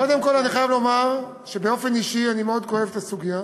קודם כול אני חייב לומר שבאופן אישי אני מאוד כואב את הסוגיה.